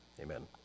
amen